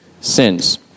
sins